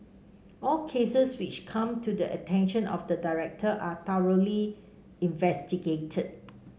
all cases which come to the attention of the director are thoroughly investigated